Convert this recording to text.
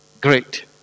great